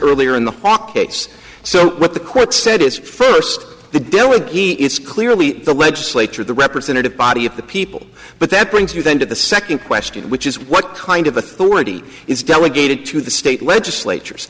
earlier in the pockets so what the court said is first the deal with he is clearly the legislature the representative body of the people but that brings you then to the second question which is what kind of authority is delegated to the state legislatures